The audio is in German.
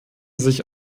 sich